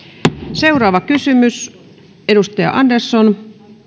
seuraava kysymys edustaja andersson